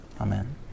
Amen